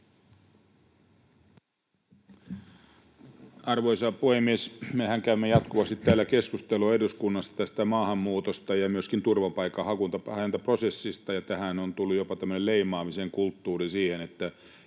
Arvoisa puhemies! Mehän käymme jatkuvasti täällä eduskunnassa keskustelua maahanmuutosta ja myöskin turvapaikanhakuprosessista, ja tähän on tullut jopa tämmöinen leimaamisen kulttuuri, että